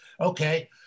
Okay